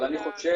אבל אני חושב,